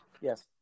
yes